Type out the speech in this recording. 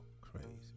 crazy